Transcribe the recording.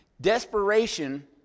desperation